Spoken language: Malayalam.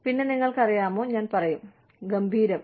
പിന്നെ നിങ്ങൾക്കറിയാമോ ഞാൻ പറയും ശരി ഗംഭീരം